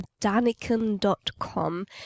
daniken.com